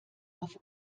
auf